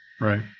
Right